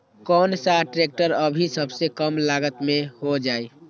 कौन सा ट्रैक्टर अभी सबसे कम लागत में हो जाइ?